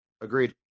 Agreed